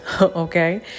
okay